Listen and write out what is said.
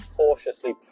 cautiously